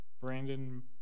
Brandon